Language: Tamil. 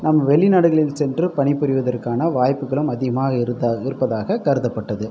நம்ம வெளிநாடுகளில் சென்று பணிபுரிவதற்கான வாய்ப்புகளும் அதிகமாக இருந்த இருப்பதாக கருதப்பட்டது